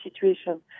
situation